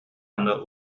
аны